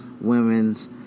Women's